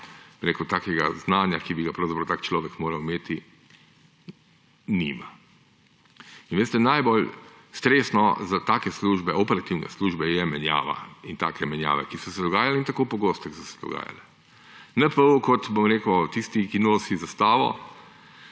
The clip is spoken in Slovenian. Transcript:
nekega takega znanja, ki bi ga pravzaprav tak človek moral imeti, nima. Veste, najbolj stresno za take operativne službe je menjava in take menjave, ki so se dogajale, in tako pogosto, kot so se dogajale. NPU kot tisti, ki nosi zastavo